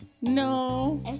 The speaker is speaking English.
No